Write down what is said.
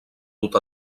dut